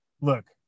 look